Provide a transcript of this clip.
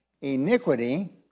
Iniquity